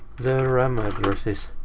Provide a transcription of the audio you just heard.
the ram addresses.